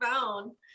phone